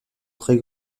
très